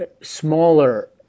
smaller